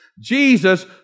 Jesus